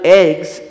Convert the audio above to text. eggs